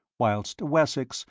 whilst wessex,